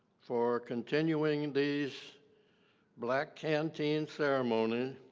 for continuing and these black canteen ceremony